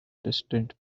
distant